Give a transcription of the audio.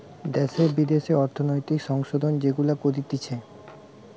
দ্যাশে বিদ্যাশে অর্থনৈতিক সংশোধন যেগুলা করতিছে